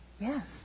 Yes